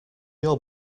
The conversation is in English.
your